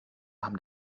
haben